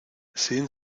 sehen